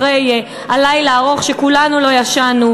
אחרי הלילה הארוך שבו כולנו לא ישנו,